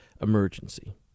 emergency